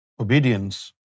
Obedience